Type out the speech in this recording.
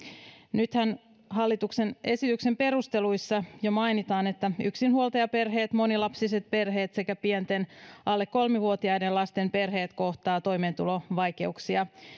nythän hallituksen esityksen perusteluissa jo mainitaan että yksinhuoltajaperheet monilapsiset perheet sekä pienten alle kolme vuotiaiden lasten perheet kohtaavat toimeentulovaikeuksia